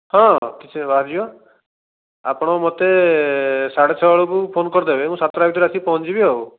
ହଁ ସେ ବାହାରିଯିବ ଆପଣ ମୋତେ ସାଢେ ଛଅ ବେଳକୁ ଫୋନ୍ କରିଦେବେ ମୁଁ ସାତଟା ଭିତରେ ଆସିକି ପହଞ୍ଚି ଯିବି ଆଉ